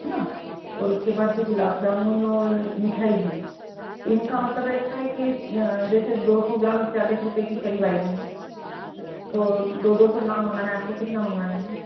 है ना और उसके बाद जो गुलाब जामुन और मिठाई हैं इनका मतलब ऐसा है कि जैसे दो सौ ग्राम चालीस रुपये के क़रीब आएगी तो दो दो सौ ग्राम मँगाना है आपको कितना मँगाना है